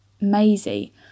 Maisie